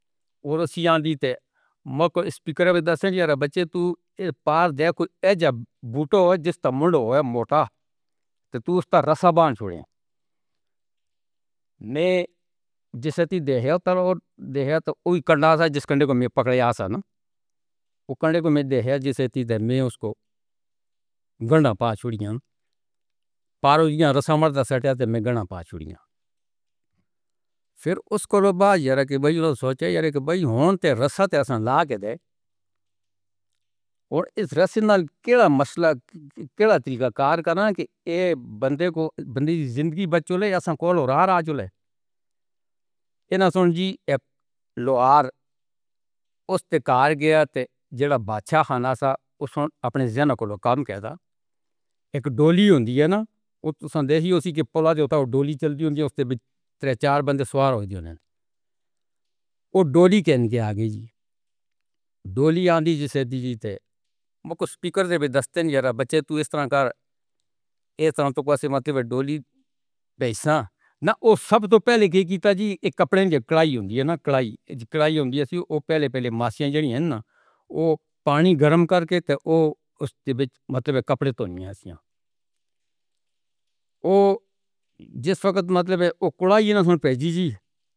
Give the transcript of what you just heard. اوہ رسیا! اوہ کرنے والا میں اُس کو، پھر اُس کو۔ اور اِس رسنے والے کیڑے نے مَسلا، کیڑے نے دل کا کام کیا ہے کہ بندے کو بندی زندگی۔ وہ تو پیغام ہی اُسی کے پولا جو تھا، وہ ڈولی چلدی ہونگی اُس سے۔ وہ ڈولی کے آگے جی، ڈولی آندھی جی سے سپیکر سے بھی دَستے نہیں، ذرا بچے تو اِس طرح کا۔ نہ، وہ سب تو پہلے کے گیتا جی اک کپڑے نہ کڑائی ہوگی۔ پہلے پہلے وہ پانی گرم کر کے، اوہ مطلب کپڑے تو نہیں ایسے؟